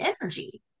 energy